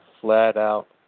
flat-out